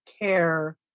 care